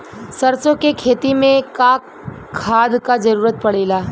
सरसो के खेती में का खाद क जरूरत पड़ेला?